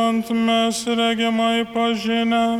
ant mes regimai pažinę